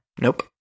Nope